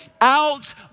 out